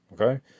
Okay